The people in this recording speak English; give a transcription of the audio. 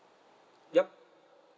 yup